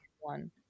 one